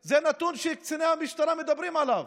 זה הנתון שקציני המשטרה מדברים עליו.